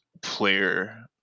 player